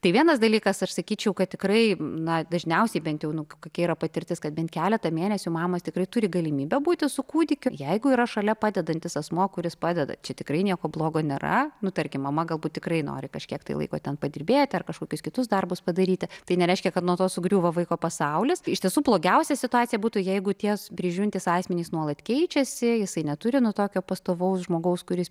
tai vienas dalykas aš sakyčiau kad tikrai na dažniausiai bent jau nu kokia yra patirtis kad bent keletą mėnesių mamos tikrai turi galimybę būti su kūdikiu jeigu yra šalia padedantis asmuo kuris padeda čia tikrai nieko blogo nėra nu tarkim mama galbūt tikrai nori kažkiek laiko ten padirbėti ar kažkokius kitus darbus padaryti tai nereiškia kad nuo to sugriūva vaiko pasaulis iš tiesų blogiausia situacija būtų jeigu ties prižiūrintys asmenys nuolat keičiasi jisai neturi nu tokio pastovaus žmogaus kuris